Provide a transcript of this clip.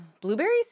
Blueberries